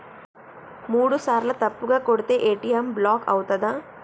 మూడుసార్ల తప్పుగా కొడితే ఏ.టి.ఎమ్ బ్లాక్ ఐతదా?